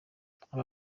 aba